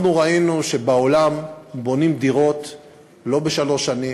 ראינו שבעולם בונים דירות לא בשלוש שנים,